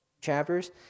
chapters